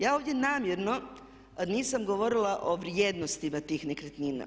Ja ovdje namjerno nisam govorila o vrijednostima tih nekretnina.